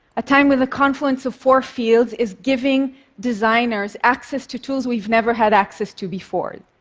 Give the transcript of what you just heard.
a time when the confluence of four fields is giving designers access to tools we've never had access to before.